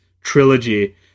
trilogy